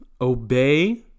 obey